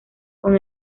con